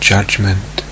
judgment